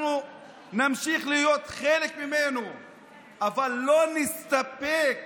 אנחנו נמשיך להיות חלק ממנו אבל לא נסתפק